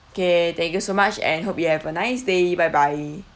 okay thank you so much and hope you have a nice day bye bye